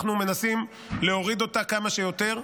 אנחנו מנסים להוריד אותה כמה שיותר.